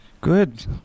Good